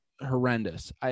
Horrendous